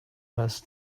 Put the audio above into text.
was